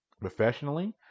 professionally